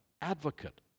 advocate